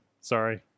Sorry